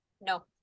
No